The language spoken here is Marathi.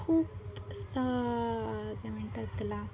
खूप असा काय म्हणतात त्याला